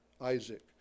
Isaac